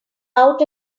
out